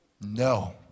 No